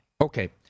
Okay